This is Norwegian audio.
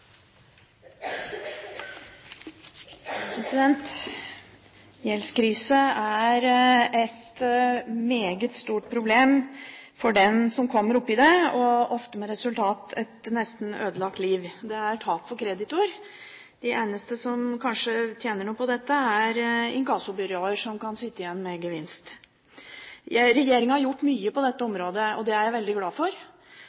et meget stort problem for den som kommer oppi det, og ofte med et nesten ødelagt liv som resultat. Det er tap for kreditor. De eneste som kanskje tjener noe på dette, er inkassobyråer som kan sitte igjen med gevinst. Regjeringen har gjort mye på dette